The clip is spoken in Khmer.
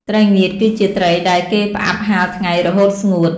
ត្រីងៀតគឺជាត្រីដែលគេផ្អាប់ហាលថ្ងៃ រហូតស្ងួត ។